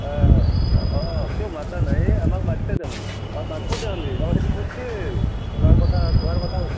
অ অই কিয় মতা নাই আমাক মাতিছে দেখোন মাতিব দে হলি অ সিদিনা সুধিছিল তোহাৰ কথা তোহাৰ কথা